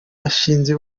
yashinze